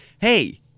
hey